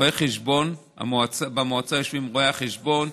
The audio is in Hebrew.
ראשון החותמים